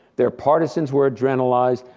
their partisans were adrenalized,